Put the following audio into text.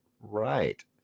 right